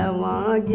ah la